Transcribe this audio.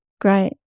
great